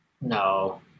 No